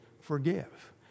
forgive